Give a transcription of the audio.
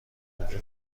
اینجا